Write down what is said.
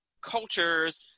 cultures